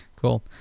cool